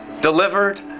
delivered